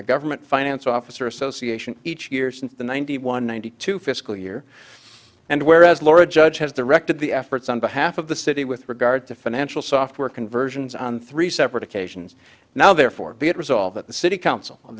the government finance officers association each year since the ninety one ninety two fiscal year and whereas laura judge has directed the efforts on behalf of the city with regard to financial software conversions on three separate occasions now therefore be it resolved that the city council on